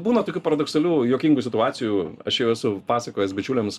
būna tokių paradoksalių juokingų situacijų aš jau esu pasakojęs bičiuliams